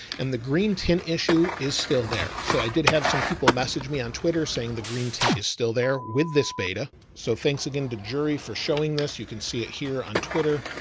and the green tin issue is still there. so i did have some people message me on twitter saying the green tint is still there with this beta. so thanks again to the jury for showing this. you can see it here on twitter,